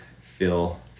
feel